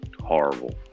horrible